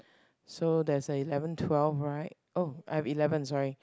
so there's a eleven twelve right oh I've eleven sorry